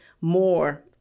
more